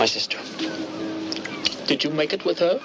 my sister did you make it with